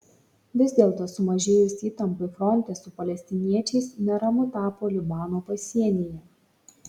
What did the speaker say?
vis dėlto sumažėjus įtampai fronte su palestiniečiais neramu tapo libano pasienyje